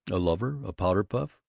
a lover, a powder-puff,